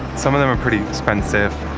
some of them are pretty expensive.